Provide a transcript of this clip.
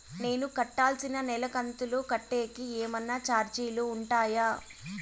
నేను కట్టాల్సిన నెల కంతులు కట్టేకి ఏమన్నా చార్జీలు ఉంటాయా?